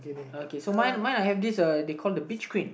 okay so mine my I have this uh they called the beach cream